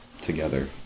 together